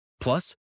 Plus